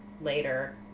later